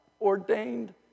ordained